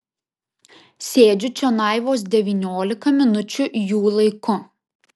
sėdžiu čionai vos devyniolika minučių jų laiku